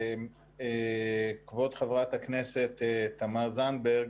כבוד חברת הכנסת תמר זנדברג,